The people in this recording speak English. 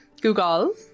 Google